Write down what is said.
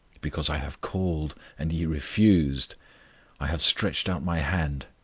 because i have called, and ye refused i have stretched out my hand,